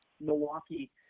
Milwaukee